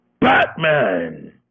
Batman